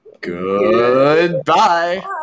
goodbye